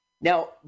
Now